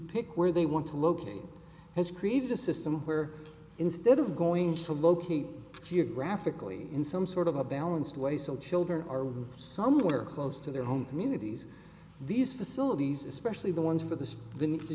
pick where they want to locate has created a system where instead of going to locate geographically in some sort of a balanced way so children are somewhere close to their home communities these facilities especially the ones for the then the